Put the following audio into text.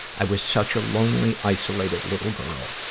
i was such a lonely, isolated little girl.